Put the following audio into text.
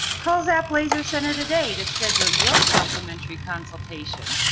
call zap laser center today to schedule your complimentary consultation!